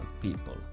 people